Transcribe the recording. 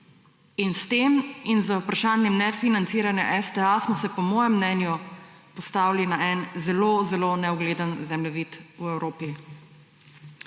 S tem in z vprašanjem nefinanciranja STA smo se po mojem mnenju postavili na en zelo zelo neugleden zemljevid v Evropi.